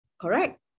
correct